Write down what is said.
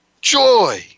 joy